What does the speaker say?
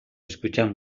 escuchan